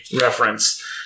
reference